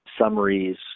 summaries